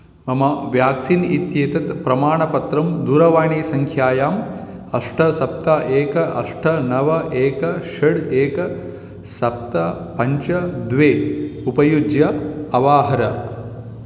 मम व्याक्सीन् इत्येतत् प्रमाणपत्रं दूरवाणीसङ्ख्यायाम् अष्ट सप्त एकम् अष्ट नव एकं षड् एकं सप्त पञ्च द्वे उपयुज्य अवाहर